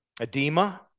Edema